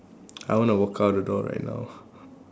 I want to walk out the door right now